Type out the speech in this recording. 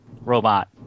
robot